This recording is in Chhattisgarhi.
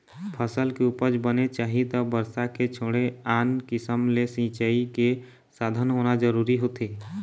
फसल के उपज बने चाही त बरसा के छोड़े आन किसम ले सिंचई के साधन होना जरूरी होथे